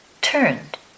turned